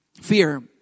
fear